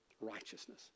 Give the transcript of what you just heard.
righteousness